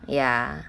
ya